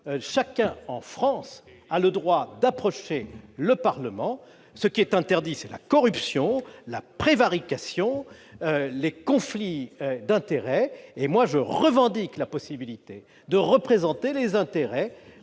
chacun en France a le droit d'approcher le Parlement. Ce qui est interdit, ce sont la corruption, la prévarication, les conflits d'intérêts. Pour ma part, je revendique la possibilité de représenter les intérêts